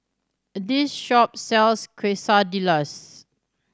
this shop sells Quesadillas